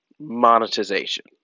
monetization